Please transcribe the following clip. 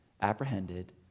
apprehended